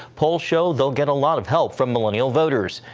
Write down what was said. polls show they will get a lot of help from millennial voters.